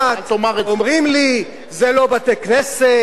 אומרים לי שזה לא בתי-כנסת,